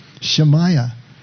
Shemaiah